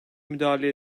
müdahale